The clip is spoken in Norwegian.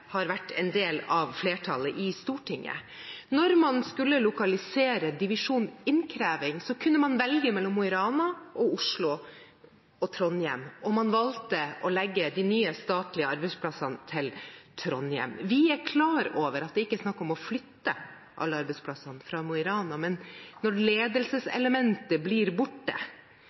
har vært en del av flertallet i Stortinget. Da man skulle lokalisere divisjon Innkreving, kunne man velge mellom Mo i Rana, Oslo og Trondheim, og man valgte å legge de nye statlige arbeidsplassene til Trondheim. Vi er klar over at det ikke er snakk om å flytte alle arbeidsplassene fra Mo i Rana, men når ledelseselementet blir borte,